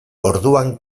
orduan